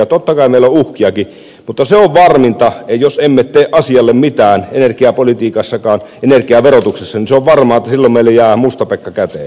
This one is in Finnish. totta kai meillä on uhkiakin mutta se on varminta että jos emme tee asialle mitään energiapolitiikassakaan energiaverotuksessa on varmaa että silloin meille jää mustapekka käteen